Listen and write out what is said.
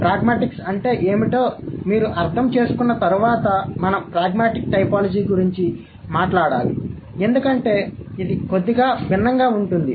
pragmatics అంటే ఏమిటో మీరు అర్థం చేసుకున్న తర్వాత మనము ప్రాగ్మాటిక్ టైపోలాజీ గురించి మాట్లాడాలి ఎందుకంటే ఇది కొద్దిగా భిన్నంగా ఉంటుంది